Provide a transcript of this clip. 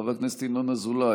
חבר הכנסת ינון אזולאי,